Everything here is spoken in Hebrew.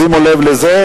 שימו לב לזה.